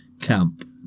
Camp